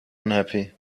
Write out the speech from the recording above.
unhappy